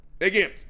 Again